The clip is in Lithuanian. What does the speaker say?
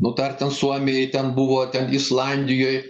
nu tar ten suomijoj ten buvo ten islandijoj